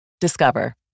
Discover